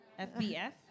FBF